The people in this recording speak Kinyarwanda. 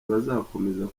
bazakomeza